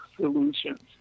solutions